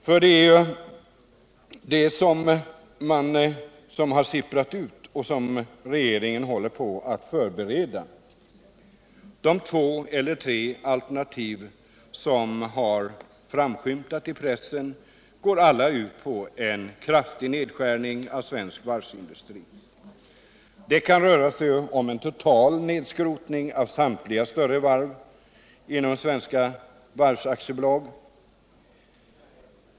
För det är ju detta som sipprat ut och som regeringen håller på att förbereda. De två eller tre alternativ som har framskymtat i pressen går alla ut på en kraftig nedskärning av svensk varvsindustri. Det kan röra sig om en total nedskrotning av samtliga större varv inom Svenska Varv AB.